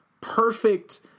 perfect